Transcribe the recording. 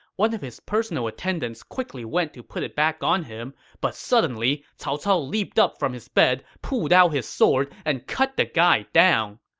one of his personal attendants quickly went to put it back on him, but suddenly, cao cao leaped up from his bed, pulled out his sword, and cut the guy down.